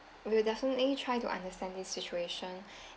we'll definitely try to understand this situation